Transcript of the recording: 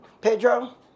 Pedro